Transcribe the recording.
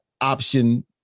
option